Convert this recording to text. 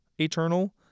eternal